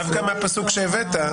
דווקא מהפסוק שהבאת.